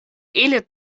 ili